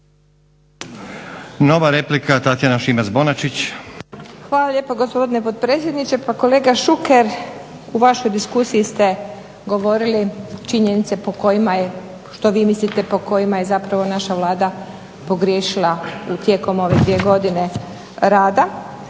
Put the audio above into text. Bonačić, Tatjana (SDP)** Hvala lijepa gospodine potpredsjedniče. Pa kolega Šuker u vašoj diskusiji ste govorili činjenice što vi mislite po kojima je zapravo naša Vlada pogriješila tijekom ove dvije godine rada.